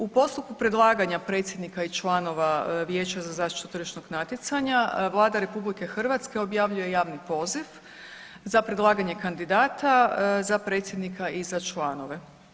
U postupku predlaganja predsjednika i članova predsjednice Vijeća za zaštitu tržišnog natjecanja, Vlada RH objavljuje javni poziv za predlaganje kandidata za predsjednika i za članove.